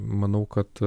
manau kad